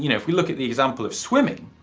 you know if we look at the example of swimming,